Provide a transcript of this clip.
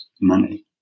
money